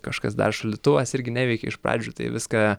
kažkas dar šaldytuvas irgi neveikė iš pradžių tai viską